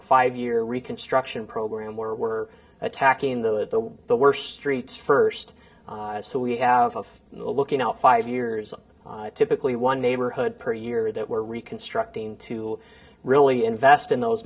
a five year reconstruction program where we're attacking the the worst streets first so we have of looking out five years typically one neighborhood per year that were reconstructing to really invest in those